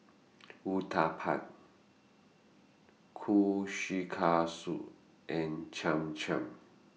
Uthapam Kushikatsu and Cham Cham